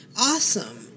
awesome